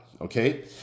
okay